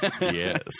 Yes